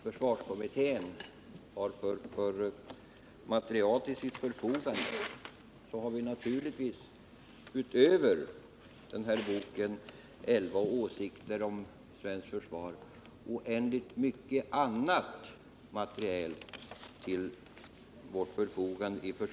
Försvarskommittén har naturligtvis till sitt förfogande utöver boken Elva åsikter om svensk säkerhetspolitik oändligt mycket annat material.